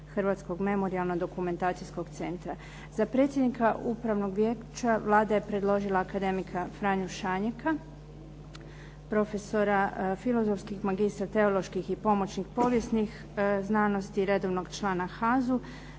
Hrvatskog memorijalno-dokumentacijskog centra. Za predsjednika Upravnog vijeća Vlada je predložila akademika Franju Šanjeka, profesora Filozofskih magistra teoloških, pomoćnih i povijesnih znanosti, redovnog člana HZU.